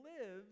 lives